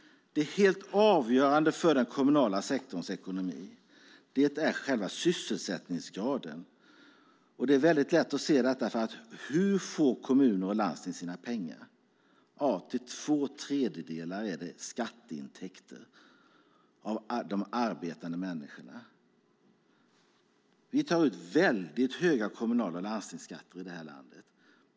Det helt avgörande för den kommunala sektorns ekonomi är själva sysselsättningsgraden. Det är väldigt lätt att se det. Hur får kommuner och landsting sina pengar? Jo, till två tredjedelar är det skatteintäkter från de arbetande människorna. Vi tar ut väldigt höga kommunala och landstingskommunala skatter i landet.